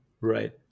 Right